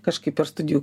kažkaip ir studijų